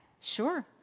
sure